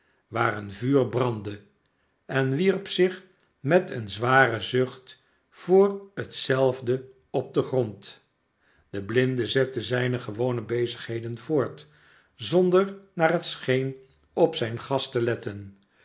waar een vuur brandde en wierp zich met een zwaren zucht voor hetzelve op den grond de blinde zette zijne gewone bezigheden voort zonder naar het scheen op zijn gast te letten